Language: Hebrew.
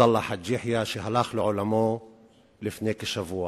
עבדאללה חאג' יחיא, שהלך לעולמו לפני כשבוע.